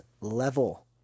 level